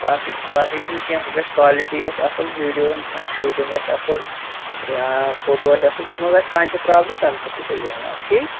باقٕے باقٕے چھُنہٕ کیٚنٛہہ ہُو گژھِ کالٹی آسہِ اَصٕل ویٖڈیو ہن آسہِ شوٗٹِنٛگ آسہِ اَصٕل یا فوٹوٗ آسہِ اَصٕل تَتھ منٛز آسہِ کانٛہہ تہِ پرٛابلِم تَمہِ خٲطرٕ چھِ أسۍ ذِمہٕ وار ٹھیٖک